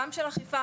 גם של אכיפה,